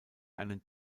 einen